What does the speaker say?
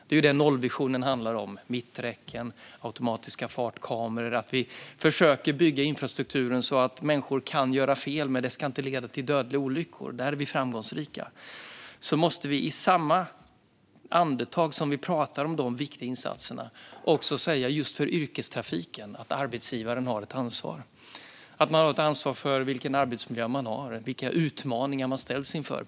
Det är detta nollvisionen handlar om - mitträcken, automatiska fartkameror och att försöka bygga infrastrukturen så att människor kan göra fel utan att det leder till dödliga olyckor. Där är vi framgångsrika. I samma andetag som vi pratar om dessa viktiga insatser måste vi, just för yrkestrafiken, säga att arbetsgivaren har ett ansvar för vilken arbetsmiljö man har och vilka utmaningar man ställs inför.